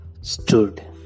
stood